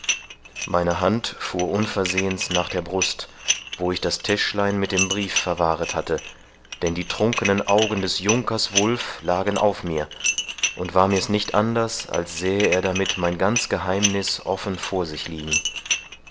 meine hand fuhr unversehens nach der brust wo ich das täschlein mit dem brief verwahret hatte denn die trunkenen augen des junkers wulf lagen auf mir und war mir's nicht anders als sähe er damit mein ganz geheimniß offen vor sich liegen